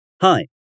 Hi